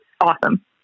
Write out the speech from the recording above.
awesome